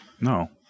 No